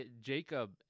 Jacob